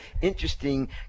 interesting